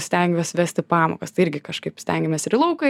stengiuos vesti pamokas tai irgi kažkaip stengiamės ir į lauką